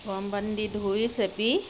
গৰম পানী দি ধুই চেপি